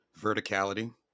Verticality